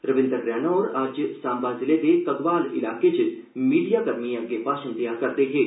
रविंदर रैना होर अज्ज सांबा जिले दे घग्वाल इलाके च मीडियाकर्मिएं अग्गे भाशण देआ करदे हे